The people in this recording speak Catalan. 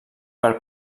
per